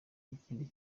ikindi